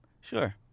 Sure